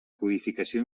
codificació